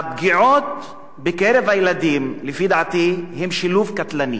הפגיעות בקרב הילדים, לפי דעתי הן שילוב קטלני